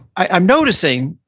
i'm noticing,